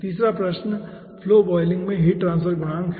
तीसरा प्रश्न flow boiling में हीट ट्रांसफर गुणांक है